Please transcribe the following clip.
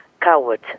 coward